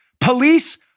police